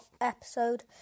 episode